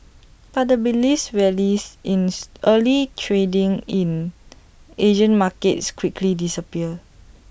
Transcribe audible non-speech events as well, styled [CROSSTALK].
but the rallies rallies [UNINTELLIGIBLE] early trading in Asian markets quickly disappeared